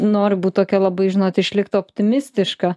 noriu būt tokia labai žinot išlikti optimistiška